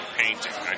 painting